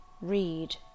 Read